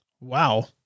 Wow